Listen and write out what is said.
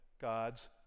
God's